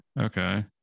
Okay